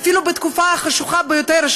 אפילו בתקופה החשוכה ביותר,